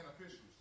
officials